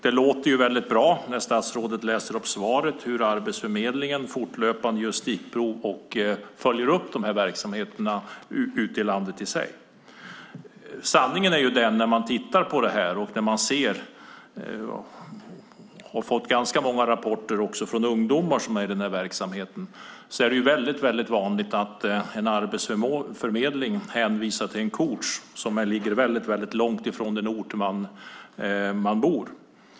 Det låter väldigt bra när statsrådet läser upp svaret och säger att Arbetsförmedlingen fortlöpande gör stickprov och följer upp de här verksamheterna ute i landet. Sanningen är ju den när man tittar på det här - och vi har fått ganska många rapporter från ungdomar i den här verksamheten - att det är vanligt att Arbetsförmedlingen hänvisar till en coach som finns långt ifrån den ort där man bor.